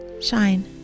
shine